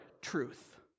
truth